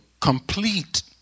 complete